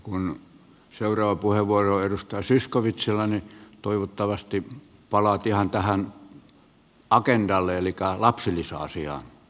kun seuraava puheenvuoro on edustaja zyskowiczilla niin toivottavasti palaat ihan tähän agendalle elikkä lapsilisäasiaan pääasiallisesti